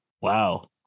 Wow